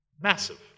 Massive